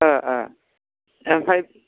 ओमफ्राय